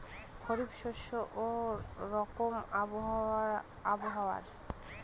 খরিফ শস্যে কি রকম আবহাওয়ার?